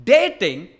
Dating